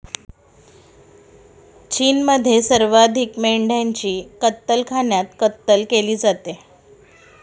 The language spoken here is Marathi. चीनमध्ये सर्वाधिक मेंढ्यांची कत्तलखान्यात कत्तल केली जाते